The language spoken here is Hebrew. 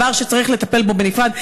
דבר שצריך לטפל בו בנפרד,